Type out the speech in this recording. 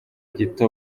gito